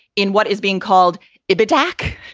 in what is being called it the attack,